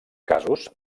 casos